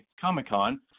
Comic-Con